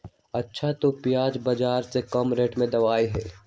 अच्छा तु प्याज बाजार से कम रेट में देबअ?